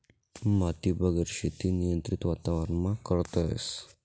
मातीबिगेर शेती नियंत्रित वातावरणमा करतस